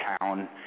town